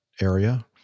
area